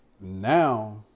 now